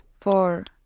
Four